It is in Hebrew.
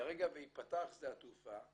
ברגע שייפתח שדה התעופה,